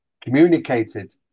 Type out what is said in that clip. communicated